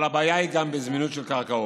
אבל הבעיה היא גם בזמינות של קרקעות.